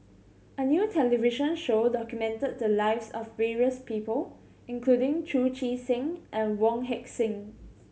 a new television show documented the lives of various people including Chu Chee Seng and Wong Heck Sing